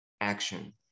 action